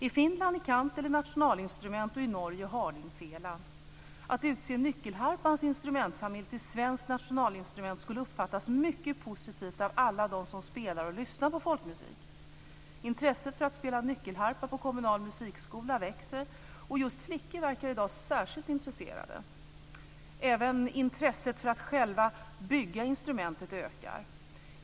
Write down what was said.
I Finland är nationalinstrumentet kantele, och i Norge är det hardingfela. Att utse nyckelharpans instrumentfamilj till svenskt nationalinstrument skulle uppfattas mycket positivt av alla dem som spelar och lyssnar på folkmusik. Intresset för att spela nyckelharpa på den kommunala musikskolan växer. Just flickor verkar i dag särskilt intresserade. Även intresset för att själv bygga det instrumentet ökar.